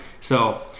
So-